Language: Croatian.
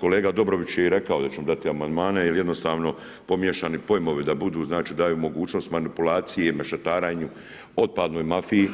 Kolega Dobrović je i rekao da ćemo dati amandmane, jer jednostavno pomiješani pojmovi, da budu, znači daju mogućnost manipulacije i mešetarenju otpadnoj mafiji